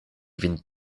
vin